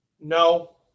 No